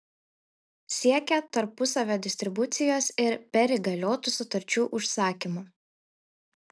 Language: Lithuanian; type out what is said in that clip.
siekia tarpusavio distribucijos ir perįgaliotų sutarčių užsakymų